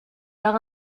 leur